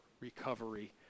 recovery